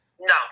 No